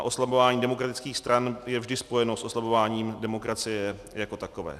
Oslabování demokratických stran je vždy spojeno s oslabováním demokracie jako takové.